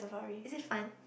is it fun